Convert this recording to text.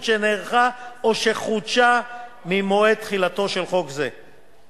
שנערכה או שחודשה ממועד תחילתו של חוק זה.